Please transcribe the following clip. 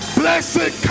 blessed